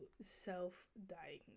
self-diagnose